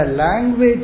language